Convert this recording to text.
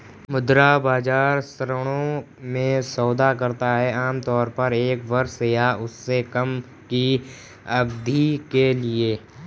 मुद्रा बाजार ऋणों में सौदा करता है आमतौर पर एक वर्ष या उससे कम की अवधि के लिए